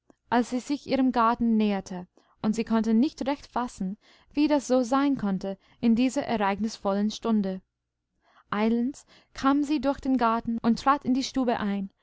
als sie sich ihrem garten näherte und sie konnte nicht recht fassen wie das so sein konnte in dieser ereignisvollen stunde eilends kam sie durch den garten und trat in die stube ein